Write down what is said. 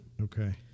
Okay